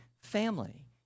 Family